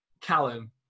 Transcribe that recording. Callum